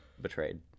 betrayed